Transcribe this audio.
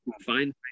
Find